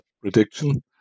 prediction